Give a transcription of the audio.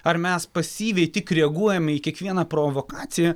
ar mes pasyviai tik reaguojam į kiekvieną provokaciją